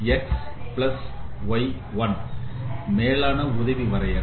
X plus y 1 மேலான உதவி வரையறை